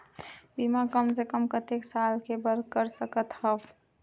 बीमा कम से कम कतेक साल के बर कर सकत हव?